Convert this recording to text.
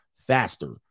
faster